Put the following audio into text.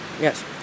Yes